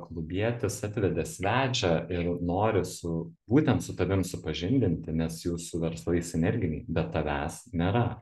klubietis atvedė svečią ir nori su būtent su tavim supažindinti nes jūsų verslai sinerginiai bet tavęs nėra